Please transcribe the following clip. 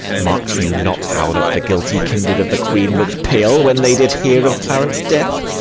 mark'd you not how that the guilty kindred of the queen look'd pale when they did hear of clarence' death?